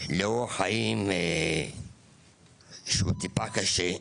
לאורך חיים שהוא טיפה קשה,